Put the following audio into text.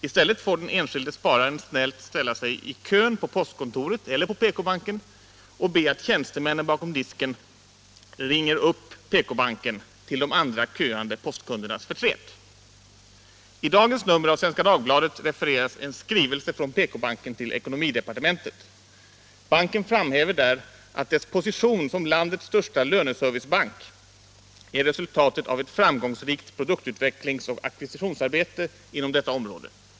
I stället får den enskilde spararen snällt ställa sig i kön på postkontoret eller på PK-banken och be att tjänstemännen bakom disken ringer upp PK-banken, till de andra köande kundernas förtret. I dagens nummer av Svenska Dagbladet refereras en skrivelse från PK-banken till ekonomidepartementet. Banken framhäver där att dess position som landets största löneservicebank är resultatet av ett framgångsrikt produktutvecklingsoch ackvisitionsarbete inom detta område.